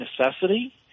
necessity